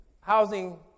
housing